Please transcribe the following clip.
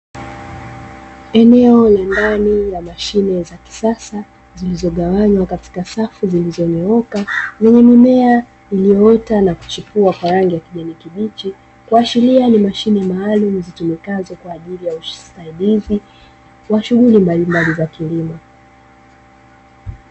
Eneo la ndani la mashine za kisasa zilizogawanywa katika safu zilizonyooka, yenye mimea iliyoota na kuchipua kwa rangi ya kijani kibichi. Kuashiria ni mashine maalumu zitumikazo kwa ajili ya usaidizi, wa shughuli mbalimbali za kilimo.